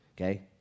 okay